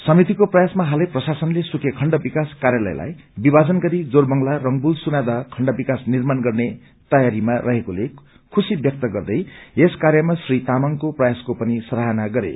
समितिको प्रयासमा हालै प्रशासनले सुके खण्ड विकास कार्यालयलाई विभाजन गरी जोरबंगला रंगवूल सुनादह खण्ड विकास निर्माण गर्ने तयारीमा रहेकोले खूशी व्यक्त गर्दै यस कार्यमा श्री तामाङको प्रयासको पनि सराङना गरे